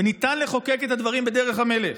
וניתן לחוקק את הדברים בדרך המלך.